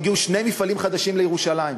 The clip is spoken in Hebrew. הגיעו שני מפעלים חדשים לירושלים.